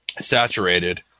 saturated